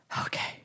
okay